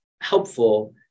helpful